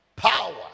power